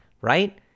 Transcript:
right